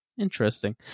Interesting